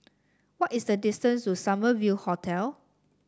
what is the distance to Summer View Hotel